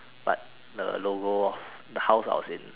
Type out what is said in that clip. but the logo of the house I was in